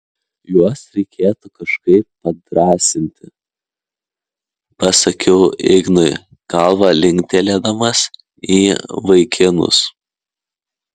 juos reikėtų kažkaip padrąsinti pasakiau ignui galva linktelėdamas į vaikinus